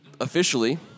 officially